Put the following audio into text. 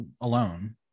alone